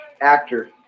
actor